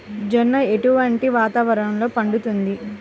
జొన్న ఎటువంటి వాతావరణంలో పండుతుంది?